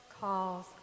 calls